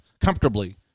comfortably